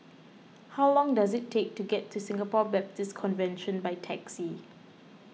how long does it take to get to Singapore Baptist Convention by taxi